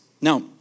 Now